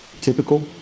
typical